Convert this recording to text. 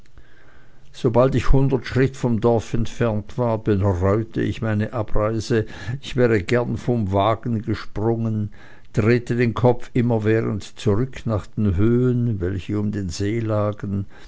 sobald ich hundert schritte vom dorfe entfernt war bereute ich meine abreise ich wäre gern vom wagen gesprungen drehte den kopf immerwährend zurück nach den höhen welche um den see lagen